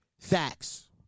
Facts